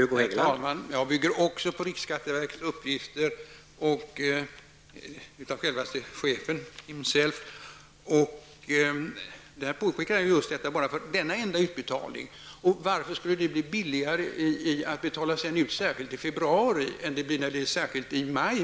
Herr talman! Jag bygger mitt påstående också på riksskatteverkets uppgifter, från självaste chefen himself. Det påpekas just att denna enda utbetalning kostar mellan 110 och 150 miljoner. Varför skulle det bli billigare att betala ut en del särskilt i februari än att betala i maj?